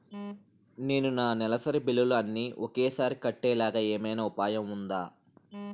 నేను నా నెలసరి బిల్లులు అన్ని ఒకేసారి కట్టేలాగా ఏమైనా ఉపాయం ఉందా?